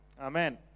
Amen